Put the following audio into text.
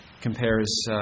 Compares